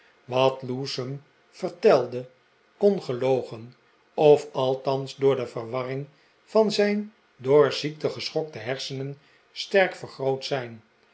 wat lewsome vertelde kon gelogen of althans door de verwarring van zijn door ziekte geschokte hersenen sterk vergroot zijn